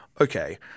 okay